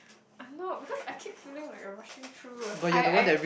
I'm not because I keep feeling like you're rushing through I I